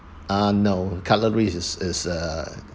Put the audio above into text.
ah no cutleries is is uh